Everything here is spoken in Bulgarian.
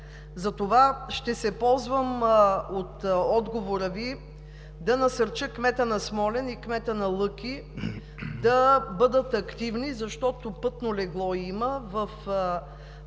Затова ще се ползвам от отговора Ви да насърча кмета на Смолян и кмета на Лъки да бъдат активни, защото пътно легло има в Подробния